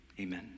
amen